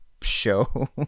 show